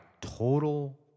total